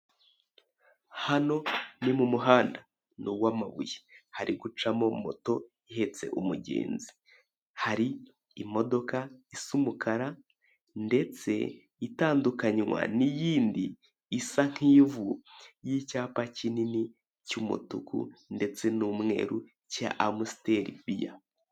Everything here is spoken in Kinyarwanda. Hano ni mu muhanda ni uw'amabuye, hari gucamo moto ihetse umugenzi, hari imodoka isa umukara ndetse itandukanwa n'iyindi isa nk'ivu y'icyapa kinini cy'umutuku ndetse n'umweru cya amusiteri biya.